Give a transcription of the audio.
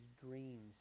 dreams